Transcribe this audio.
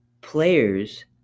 players